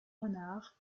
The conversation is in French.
renard